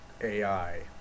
AI